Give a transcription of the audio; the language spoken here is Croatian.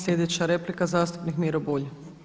Sljedeća replika zastupnik Miro Bulj.